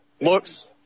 looks